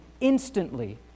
instantly